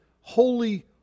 holy